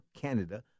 Canada